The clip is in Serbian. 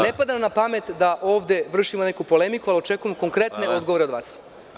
Ne pada nam na pamet da ovde vršimo neku polemiku, ali očekujemo konkretne odgovore od vas.